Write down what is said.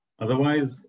Otherwise